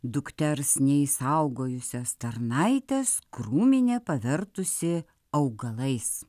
dukters neišsaugojusias tarnaites krūminė pavertusi augalais